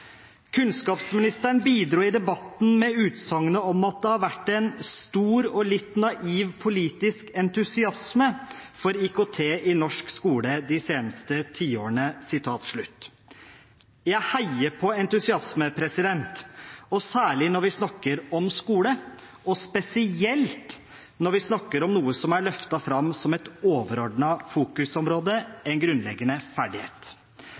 Kunnskapsministeren bidro i debatten med utsagnet om at det har «vore ein stor og litt naiv politisk entusiasme for IKT i norsk skule dei seinaste tiåra». Jeg heier på entusiasme, særlig når vi snakker om skole, og spesielt når vi snakker om noe som er løftet fram som et overordnet fokusområde: en grunnleggende ferdighet.